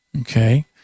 Okay